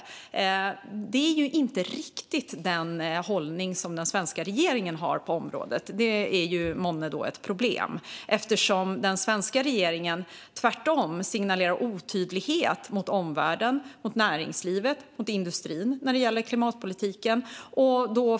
Detta är dock inte riktigt den hållning som den svenska regeringen har på området, vilket måhända är ett problem. Den svenska regeringen signalerar tvärtom otydlighet mot omvärlden, mot näringslivet och mot industrin när det gäller klimatpolitiken.